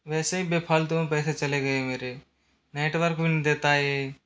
वैसे ही बे फालतू में पैसे चले गए मेरे नेटवर्क भी नहीं देता है ये